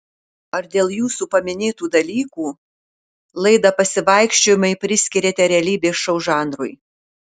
ar dėl jūsų paminėtų dalykų laidą pasivaikščiojimai priskiriate realybės šou žanrui